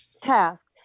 task